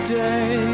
day